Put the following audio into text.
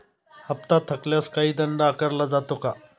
हप्ता थकल्यास काही दंड आकारला जातो का?